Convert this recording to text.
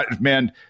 man